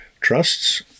trusts